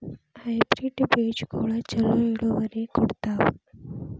Hybrid ಬೇಜಗೊಳು ಛಲೋ ಇಳುವರಿ ಕೊಡ್ತಾವ?